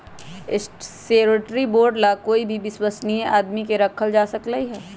surety bond ला कोई भी विश्वस्नीय आदमी के रखल जा सकलई ह